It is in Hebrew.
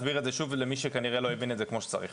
למי שכנראה לא הבין את זה כמו שצריך.